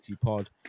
Pod